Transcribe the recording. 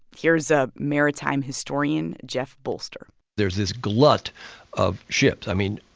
here's a maritime historian, jeff bolster there's this glut of ships. i mean,